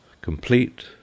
Complete